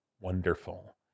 wonderful